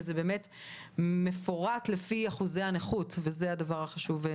זה מפורט לפי אחוזי הנכות, זה הדבר החשוב.